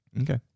Okay